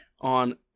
on